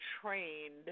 trained